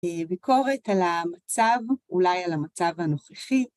ביקורת על המצב, אולי על המצב הנוכחי.